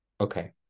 okay